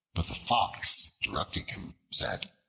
but the fox, interrupting him, said,